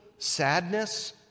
sadness